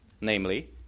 namely